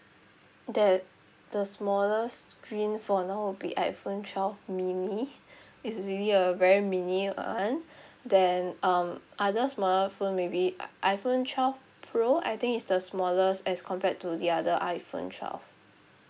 the the smallest screen for now would be iphone twelve mini it's really a very mini [one] then um other smaller phone maybe iphone twelve pro I think it's the smallest as compared to the other iphone twelve